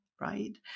right